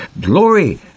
Glory